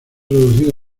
reducido